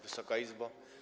Wysoka Izbo!